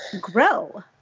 grow